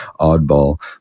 oddball